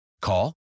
Call